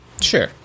Sure